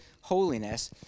holiness